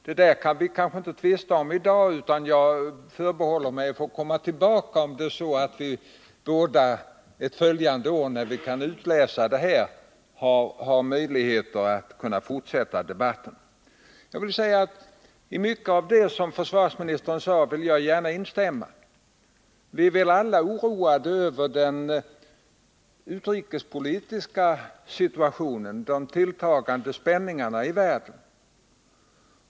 Detta kan vi kanske inte tvista om i dag, utan jag förbehåller mig att kanske komma tillbaka ett följande år, när vi har möjligheter att fortsätta debatten. I mycket av det som försvarsministern sade vill jag instämma. Vi är väl alla oroade över den utrikespolitiska situationen, med de tilltagande spänningar som förekommer i världen.